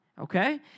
okay